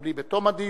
תקבלי בתום הדיון.